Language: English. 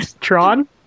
Tron